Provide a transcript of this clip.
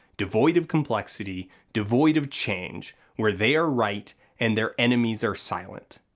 devoid of complexity, devoid of change, where they are right and their enemies are silent.